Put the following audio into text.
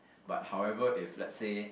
but however if let's say